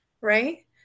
right